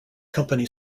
company